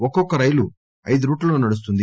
ఒక్కొక్క రైలు ఐదు రూట్లలో నడుస్తుంది